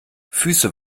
füße